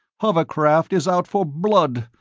hovercraft is out for blood.